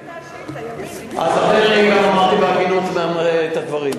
זאת בדיוק היתה השאילתא, אז אמרתי, את הדברים.